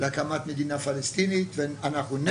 להקמת מדינה פלסטינית ואנחנו נגד.